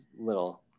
little